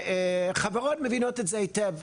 שחברות מבינות את זה היטב,